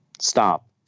stop